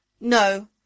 No